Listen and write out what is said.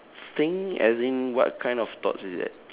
think as in what kind of thoughts is that